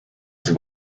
with